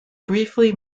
briefly